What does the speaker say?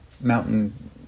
mountain